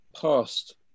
past